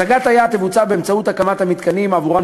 השגת היעד תבוצע באמצעות הקמת המתקנים שעבורם